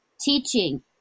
teaching